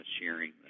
sharing